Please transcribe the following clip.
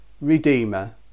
Redeemer